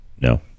No